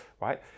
right